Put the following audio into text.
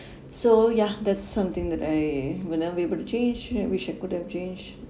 so ya that's something that I will never be able to change I wish I could have changed